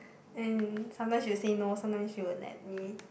and sometimes she will say no sometimes she will let me